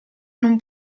non